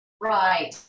Right